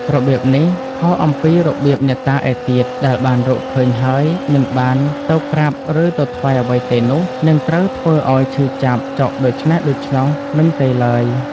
របៀបនេះ ខុសអំពីរបៀបអ្នកតាឯទៀត ដែលបានរកឃើញហើយមិនបានទៅប្រាប់ឬទៅថ្វាយអ្វីទេនោះ នឹងត្រូវធ្វើឲ្យឈឺចាប់ចុកដូច្នេះដូច្នោះមិនទេឡើយ ។